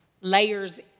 layers